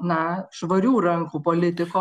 na švarių rankų politiko